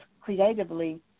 creatively